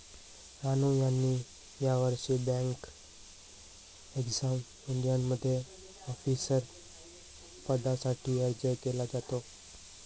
रानू यांनी यावर्षी bank exam इंडियामध्ये ऑफिसर पदासाठी अर्ज केला होता